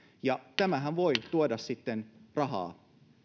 tämähän voi tuoda sitten rahaa